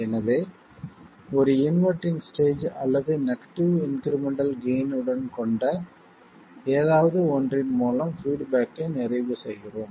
எனவே ஒரு inverting stage அல்லது நெகடிவ் இன்க்ரிமெண்டல் கெய்ன் உடன் கொண்ட ஏதாவது ஒன்றின் மூலம் பீட்பேக்கை நிறைவு செய்கிறோம்